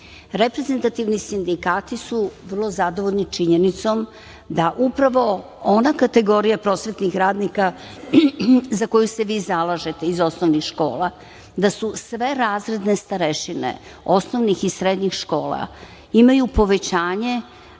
gde. Reprezentativni sindikati su vrlo zadovoljni činjenicom da upravo ona kategorija prosvetnih radnika za koju se vi zalažete, iz osnovnih škola, da su sve razredne starešine osnovnih i srednjih škola imaju povećanje